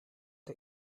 the